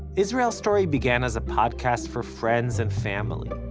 israel story began as a podcast for friends and family,